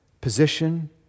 position